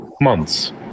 months